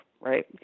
right